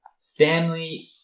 Stanley